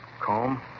Comb